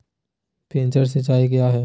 Sprinkler सिंचाई क्या है?